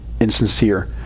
insincere